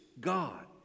god